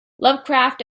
lovecraft